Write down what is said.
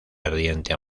ardiente